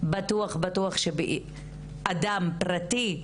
בטוח שאדם פרטי,